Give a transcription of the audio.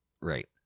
Right